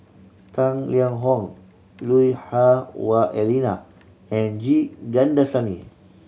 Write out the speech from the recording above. Tang Liang Hong Lui Hah Wah Elena and G Kandasamy